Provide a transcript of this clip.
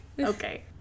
Okay